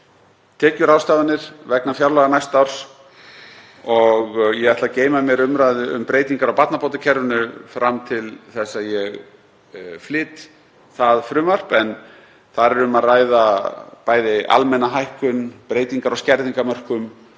tekjuráðstafanir vegna fjárlaga næsta árs og ég ætla að geyma mér umræðu um breytingar á barnabótakerfinu fram til þess að ég flyt það frumvarp, en þar er um að ræða almenna hækkun, breytingar á skerðingarmörkum